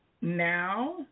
Now